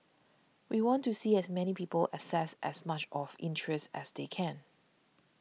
we want to see as many people access as much of interest as they can